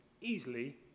easily